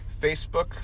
Facebook